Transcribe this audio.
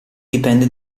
dipende